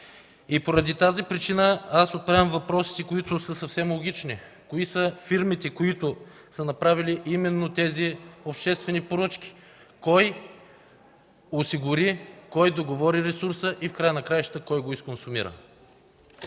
Поради тази причина отправям въпросите, които са съвсем логични: кои са фирмите, направили именно тези обществени поръчки? Кой осигури, кой договори ресурса и в края на краищата, кой го изконсумира?